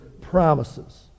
promises